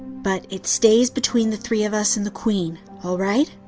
but it stays between the three of us and the queen. alright?